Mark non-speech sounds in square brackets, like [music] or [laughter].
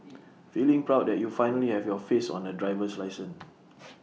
[noise] feeling proud that you finally have your face on A driver's license